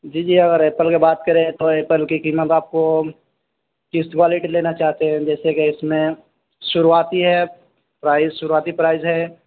جی جی اگر ایپل کا بات کریں تو ایپل کی قیمت آپ کو کس والے کا لینا چاہتے ہیں جیسے کہ اس میں شروعاتی ہے پرائز شروعاتی پرائز ہے